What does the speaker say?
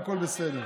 והכול בסדר.